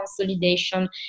consolidation